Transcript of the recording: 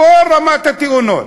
בכל רמות התאונות,